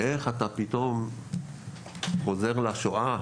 איך אתה פתאום חוזר לשואה